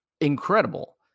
incredible